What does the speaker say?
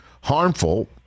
harmful